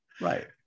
right